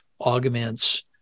augments